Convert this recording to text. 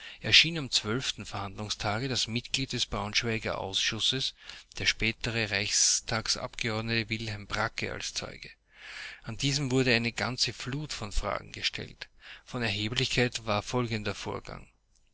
erschien am zwölften verhandlungstage das mitglied des braunschweiger ausschusses der spätere reichstagsabgeordnete wilhelm bracke als zeuge an diesen wurde eine ganze flut von fragen gestellt von erheblichkeit war folgender vorgang